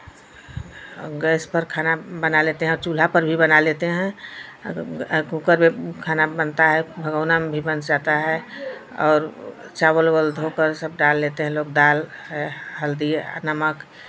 gas पर खाना बना लेते हैं और चूल्हा पर भी बना लेते हैं कूकर में खाना बनता है भगोना में भी बन जाता है और चावल उवल धो कर सब डाल लेते हैं लोग दाल हल्दी आ नमक